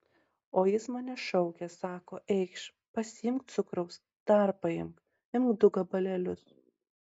o jis mane šaukė sako eikš pasiimk cukraus dar paimk imk du gabalėlius